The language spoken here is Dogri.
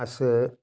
अस